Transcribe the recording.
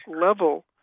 level